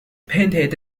painted